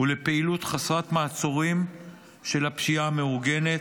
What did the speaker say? ולפעילות חסרת מעצורים של הפשיעה המאורגנת,